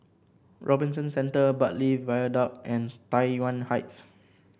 Robinson Centre Bartley Viaduct and Tai Yuan Heights